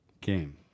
game